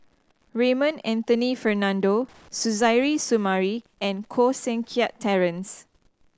Raymond Anthony Fernando Suzairhe Sumari and Koh Seng Kiat Terence